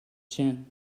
chin